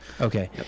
Okay